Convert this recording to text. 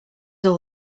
all